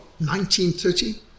1930